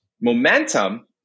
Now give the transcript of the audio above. momentum